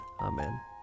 Amen